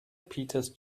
peters